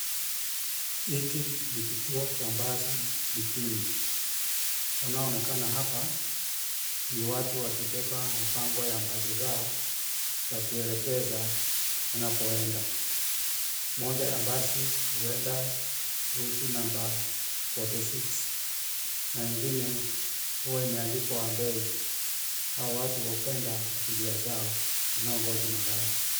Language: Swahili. Hiki ni kituo cha basi mjini. Wanaoonekana hapa ni watu wakibeba mabango ya basi zao za kuelekeza wanapoenda. Moja ya basi huenda route number forty six ,na ingine kuwa imeandikwa bei. Hao watu hupenda abiria zao wanaongoja magari.